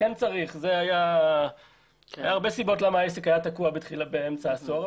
היו הרבה סיבות למה העסק היה תקוע באמצע העשור.